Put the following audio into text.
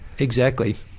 exactly.